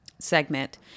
segment